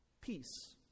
Peace